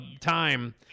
time